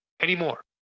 anymore